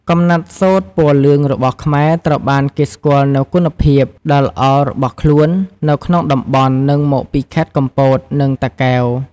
កំណាត់សូត្រពណ៌លឿងរបស់ខ្មែរ ត្រូវបានគេស្គាល់នូវគុណភាព ដ៏ល្អរបស់ខ្លួន នៅក្នុងតំបន់ និងមកពីខេត្តកំពត និងតាកែវ។